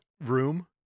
room